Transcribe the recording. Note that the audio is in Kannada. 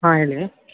ಹಾಂ ಹೇಳಿ